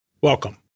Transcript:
Welcome